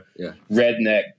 redneck